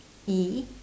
E